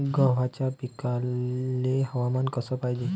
गव्हाच्या पिकाले हवामान कस पायजे?